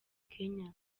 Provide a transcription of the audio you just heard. kenya